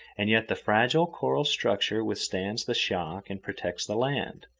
and yet the fragile coral structure withstands the shock and protects the land.